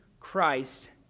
Christ